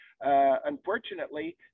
Unfortunately